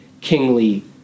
kingly